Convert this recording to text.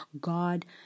God